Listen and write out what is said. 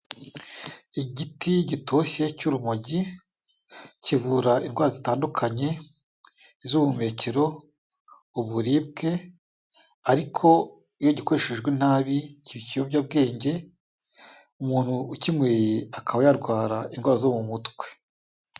Igiti gitoshye cy'urumogi kivura indwara zitandukanye iz'ubuhumekero, uburibwe ariko iyo gikoreshejwe nabi kiba ikiyobyabwenge, umuntu ukinyweye akaba yarwara indwara zo mu mutwe.